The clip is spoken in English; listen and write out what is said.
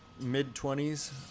mid-twenties